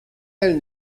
del